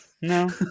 No